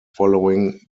following